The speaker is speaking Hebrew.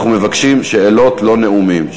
אנחנו מבקשים שאלות, לא נאומים.